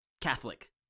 Catholic